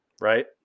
right